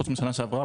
חוץ משנה שעברה,